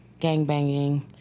gangbanging